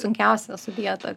sunkiausia su dieta